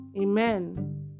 Amen